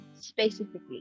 specifically